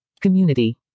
Community